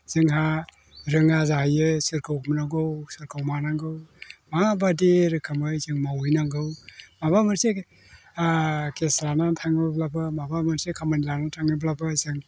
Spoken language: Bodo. जोंहा रोङा जाहैयो सोरखौ बुंनांगौ सोरखौ मानांगौ माबायदि रोखोमै जों मावहैनांगौ माबा मोनसे केस लानानै थाङोब्लाबो माबा मोनसे खामानि लाना थाङोब्लाबो जों